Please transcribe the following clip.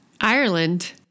Ireland